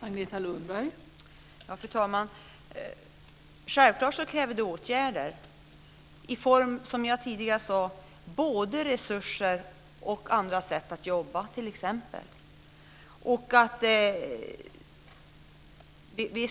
Fru talman! Det krävs självfallet åtgärder, som jag tidigare sade, i form av både resurser och andra sätt att jobba, t.ex.